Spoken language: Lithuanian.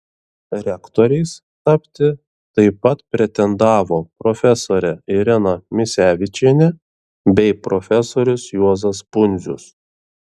rektoriais tapti taip pat pretendavo profesorė irena misevičienė bei profesorius juozas pundzius